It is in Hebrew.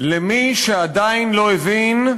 רבותי השרים, למי שעדיין לא הבין,